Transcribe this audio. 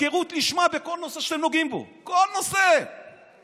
הפקרות לשמה בכל נושא שאתם נוגעים בו,